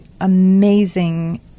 amazing